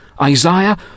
Isaiah